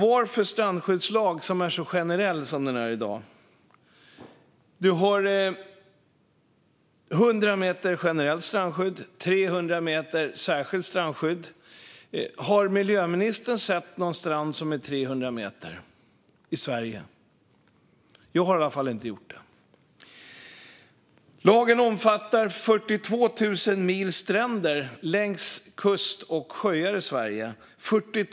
Varför är strandskyddslagen så generell som den är i dag? Det är 100 meter generellt strandskydd och 300 meter särskilt strandskydd. Har miljöministern sett någon strand som är 300 meter i Sverige? Jag har i alla fall inte gjort det. Fru talman! Lagen omfattar 42 000 mil stränder längs kust och sjöar i Sverige.